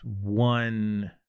one